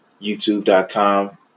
youtube.com